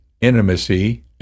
intimacy